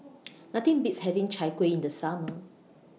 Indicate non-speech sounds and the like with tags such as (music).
(noise) Nothing Beats having Chai Kuih in The Summer